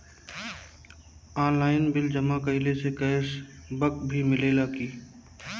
Online bill जमा कईला से कैश बक भी मिलेला की?